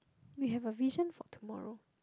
we have a vision for tomorrow